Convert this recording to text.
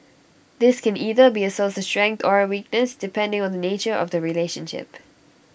this can either be A source of strength or A weakness depending on the nature of the relationship